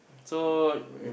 so